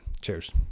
Cheers